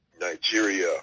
Nigeria